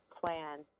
plan